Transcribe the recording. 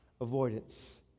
Avoidance